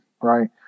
right